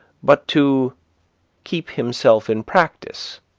but to keep himself in practice,